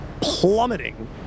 plummeting